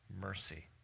mercy